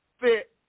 fit